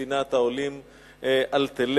וספינת העולים "אלטלנה".